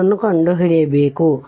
ಅನ್ನು ಕಂಡುಹಿಡಿಯಬೇಕು